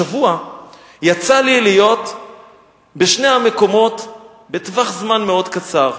השבוע יצא לי להיות בשני המקומות בטווח זמן מאוד קצר.